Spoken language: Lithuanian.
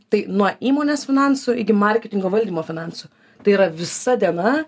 tai nuo įmonės finansų iki marketingo valdymo finansų tai yra visa diena